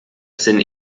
sind